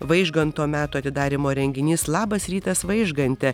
vaižganto metų atidarymo renginys labas rytas vaižgante